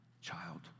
child